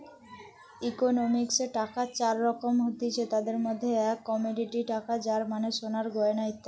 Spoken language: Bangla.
ইকোনমিক্সে টাকার চার রকম হতিছে, তাদির মধ্যে এক কমোডিটি টাকা যার মানে সোনার গয়না ইত্যাদি